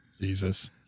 Jesus